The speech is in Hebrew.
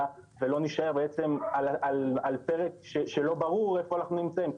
ולא נישאר בעצם על פרץ שלא ברור בעצם איפה אנחנו נמצאים.